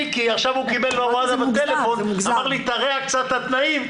מיקי: תרע קצת את התנאים,